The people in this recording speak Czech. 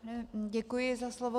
Děkuji za slovo.